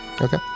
Okay